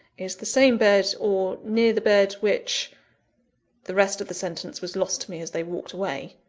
is the same bed, or near the bed which the rest of the sentence was lost to me as they walked away.